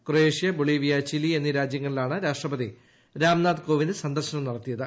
Croatia Bolivia Chile എന്നീ രാജ്യങ്ങളിലാണ് രാഷ്ട്രപതി രാംനാഥ് കോവിന്ദ് സന്ദർശനം നടത്തിയത്